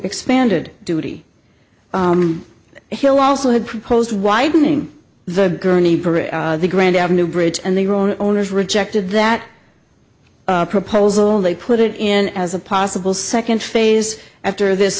expanded duty he'll also have proposed widening the gurney the grand avenue bridge and the wrong owners rejected that proposal they put it in as a possible second phase after this